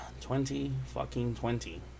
Twenty-fucking-twenty